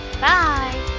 Bye